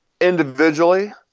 individually